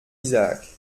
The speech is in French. isaac